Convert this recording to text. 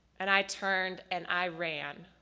and i turned and i ran.